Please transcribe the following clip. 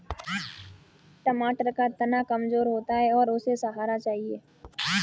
टमाटर का तना कमजोर होता है और उसे सहारा चाहिए